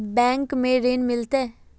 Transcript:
Bank में ऋण मिलते?